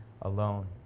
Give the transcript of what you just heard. alone